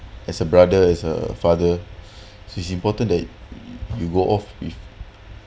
as a brother as a father is important that you go off with